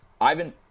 Ivan